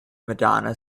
madonna